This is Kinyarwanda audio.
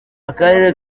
akarere